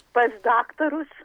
pas daktarus